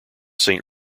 saint